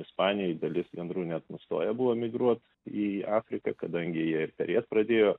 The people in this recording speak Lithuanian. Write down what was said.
ispanijoj dalis gandrų net nustoję buvo migruot į afriką kadangi jie ir perėt pradėjo